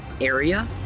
area